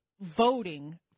voting